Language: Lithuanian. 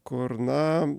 kur na